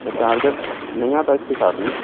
sir charger नहीं आता इसके साथ में